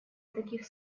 таких